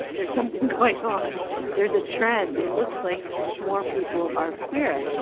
there's something going on there's a trend. it looks like more people are queer,